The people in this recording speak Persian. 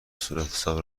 صورتحساب